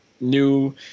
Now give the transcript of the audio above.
new